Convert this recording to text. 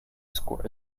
score